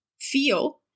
feel